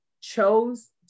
chose